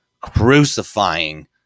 crucifying